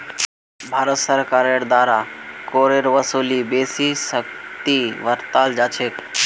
भारत सरकारेर द्वारा करेर वसूलीत बेसी सख्ती बरताल जा छेक